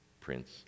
Prince